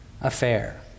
affair